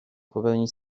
popełnić